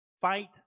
Fight